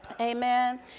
Amen